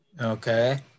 Okay